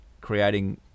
creating